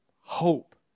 Hope